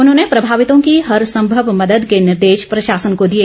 उन्होंने प्रभावितों की हर संभव मदद के निर्देश प्रशासन को दिए